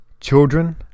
children